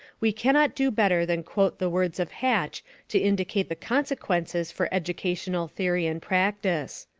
we cannot do better than quote the words of hatch to indicate the consequences for educational theory and practice.